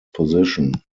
position